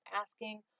asking